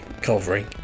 covering